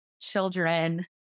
children